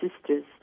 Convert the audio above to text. sisters